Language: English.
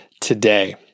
today